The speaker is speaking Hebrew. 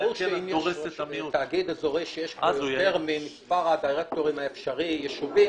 ברור שאם יש תאגיד אזורי שיש לו יותר ממספר הדירקטורים האפשרי יישובים,